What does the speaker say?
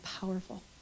powerful